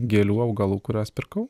gėlių augalų kuriuos pirkau